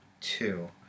two